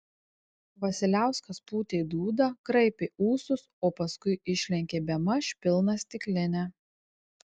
vasiliauskas pūtė dūdą kraipė ūsus o paskui išlenkė bemaž pilną stiklinę